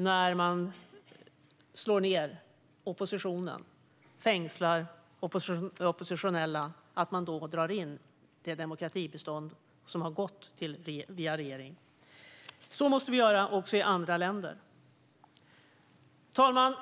När man slår ned oppositionen och fängslar oppositionella är det rätt att tydligt markera att det demokratibistånd som har gått via regeringen då dras in. Så måste vi göra också i andra länder. Fru talman!